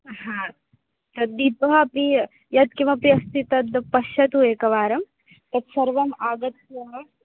हा तद्दीपः अपि यत्किमपि अस्ति तद् पश्यतु एकवारं तत्सर्वम् आगत्य